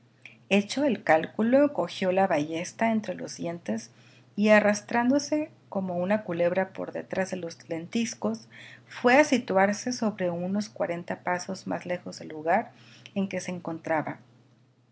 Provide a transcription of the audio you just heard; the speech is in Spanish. hecho el cálculo cogió la ballesta entre los dientes y arrastrándose como una culebra por detrás de los lentiscos fue a situarse sobre unos cuarenta pasos más lejos del lugar en que se encontraba